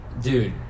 Dude